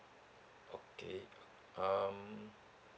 okay um